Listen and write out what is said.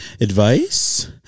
Advice